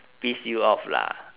piss you off lah